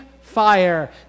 fire